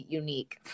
unique